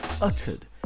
uttered